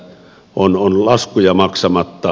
on laskuja maksamatta